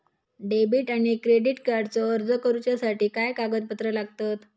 Debit आणि credit कार्डचो अर्ज करुच्यासाठी काय कागदपत्र लागतत?